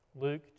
Luke